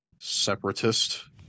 Separatist